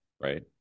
right